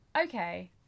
okay